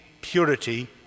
purity